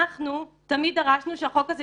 אנחנו תמיד דרשנו שהחוק הזה,